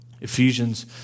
Ephesians